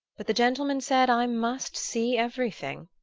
but the gentleman said, i must see everything!